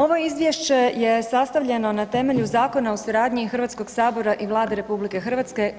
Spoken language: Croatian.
Ovo izvješće je sastavljeno na temelju Zakona o suradnji HS i Vlade RH